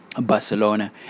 Barcelona